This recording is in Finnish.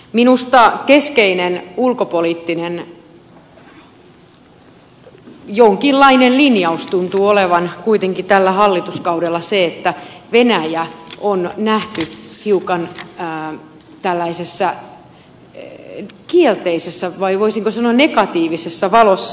minusta jonkinlainen keskeinen ulkopoliittinen linjaus tuntuu olevan kuitenkin tällä hallituskaudella se että venäjä on nähty hiukan tällaisessa kielteisessä tai voisiko sanoa negatiivisessa valossa